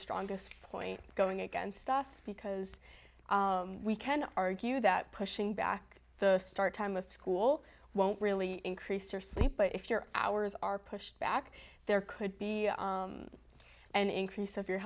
strongest point going against us because we can argue that pushing back the start time of school won't really increase or sleep but if you're hours are pushed back there could be an increase of your